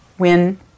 Win